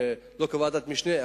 לא כוועדת משנה,